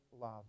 love